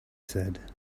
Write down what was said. said